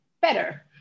better